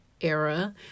era